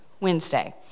Wednesday